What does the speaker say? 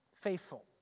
faithful